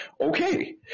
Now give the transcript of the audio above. okay